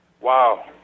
Wow